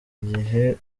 igihe